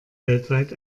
weltweit